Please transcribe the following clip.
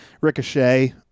Ricochet